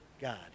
God